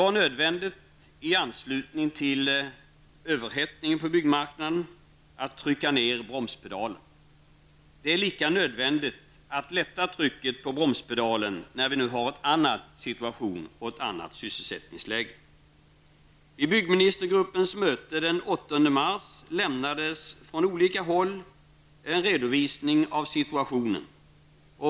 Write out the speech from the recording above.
I anslutning till den överhettning som vi har haft på byggmarknaden var det nödvändigt att trycka på bromspedalen, men det är lika nödvändigt att lätta på trycket på bromspedalen nu när situationen är en annan. Vi har ju nu ett annat sysselsättningsläge. Vid byggministergruppens möte den 8 mars lämnades från olika håll en redovisning av situationen.